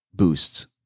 Boosts